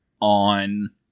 on